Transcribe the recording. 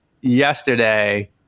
yesterday